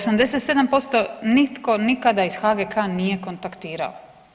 87% nitko nikada iz HGK nije kontaktirao.